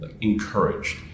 encouraged